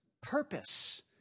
purpose